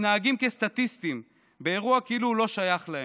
מתנהגים כסטטיסטים באירוע כאילו הוא לא שייך להם.